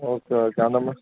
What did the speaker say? okay okay அந்த மா